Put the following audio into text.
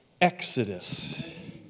exodus